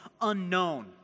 unknown